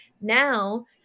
now